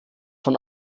von